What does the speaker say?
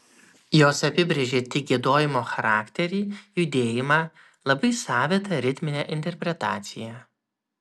jos apibrėžė tik giedojimo charakterį judėjimą labai savitą ritminę interpretaciją